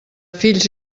fills